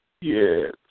Yes